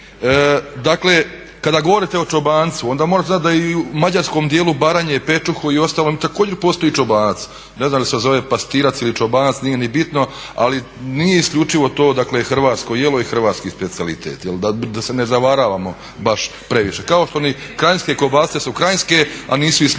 dakle kada govorite o čobancu onda morate znat da i u mađarskom dijelu Baranje, Pečuhu i ostalom također postoji čobanac. Ne znam da li se zove pastirac ili čobanac, nije ni bitno, ali nije isključivo to hrvatsko jelo i hrvatski specijalitet, da se ne zavaravamo baš previše. Kao što i kranjske kobasice su kranjske, a nisu isključivo